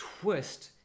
twist